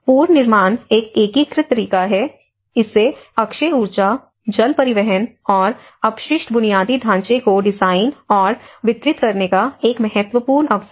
पुनर्निर्माण एक एकीकृत तरीके से अक्षय ऊर्जा जल परिवहन और अपशिष्ट बुनियादी ढांचे को डिजाइन और वितरित करने का एक महत्वपूर्ण अवसर है